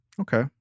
Okay